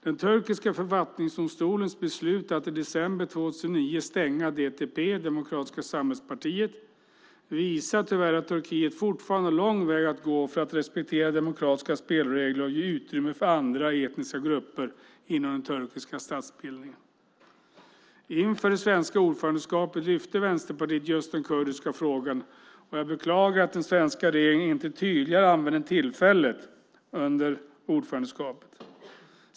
Den turkiska författningsdomstolens beslut att i december 2009 stänga DTP, Demokratiska Samhällspartiet, visar tyvärr att Turkiet fortfarande har lång väg att gå för att respektera demokratiska spelregler och ge utrymme för andra etniska grupper inom den turkiska statsbildningen. Inför det svenska ordförandeskapet lyfte Vänsterpartiet just den kurdiska frågan. Jag beklagar att den svenska regeringen inte tydligare använde tillfället under ordförandeskapet.